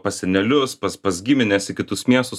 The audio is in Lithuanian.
pas senelius pas pas gimines į kitus miestus